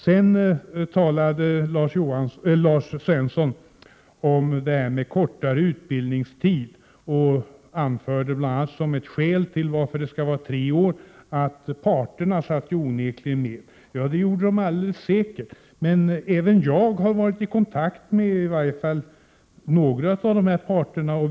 Lars Svensson talade om detta med kortare utbildningstid. Han anförde bl.a. som skäl till att utbildningen skall vara tre år att parterna på arbetsmarknaden, som satt med i ÖGY, var ense om det. De satt onekligen med i ÖGY. Även jag har varit i kontakt med i varje fall några av arbetsmarknadens parter.